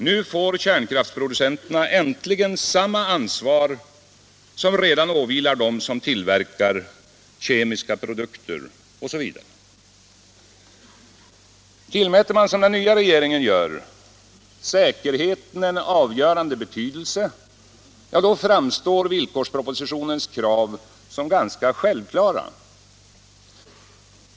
Nu får kärnkraftsproducenterna äntligen samma ansvar som redan åvilar dem som tillverkar kemiska produkter osv. Tillmäter man, som den nya regeringen gör, säkerheten en avgörande betydelse framstår villkorspropositionens krav som ganska självklara.